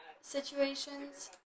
situations